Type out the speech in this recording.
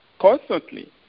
constantly